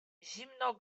zimno